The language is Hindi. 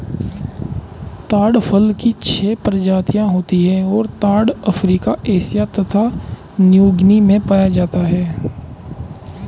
ताड़ फल की छह प्रजातियाँ होती हैं और ताड़ अफ्रीका एशिया तथा न्यूगीनी में पाया जाता है